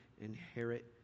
inherit